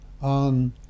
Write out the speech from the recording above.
on